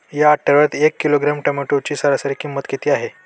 या आठवड्यात एक किलोग्रॅम टोमॅटोची सरासरी किंमत किती आहे?